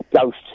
ghost